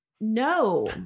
no